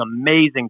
amazing